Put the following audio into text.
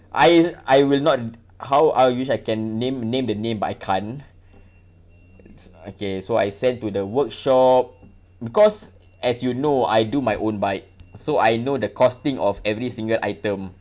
I I will not how I wish I can name name the name but I can't it's okay so I send to the workshop because as you know I do my own bike so I know the costing of every single item